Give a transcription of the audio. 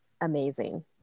amazing